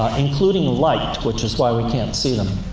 including light, which is why we can't see them.